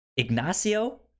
Ignacio